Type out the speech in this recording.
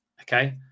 Okay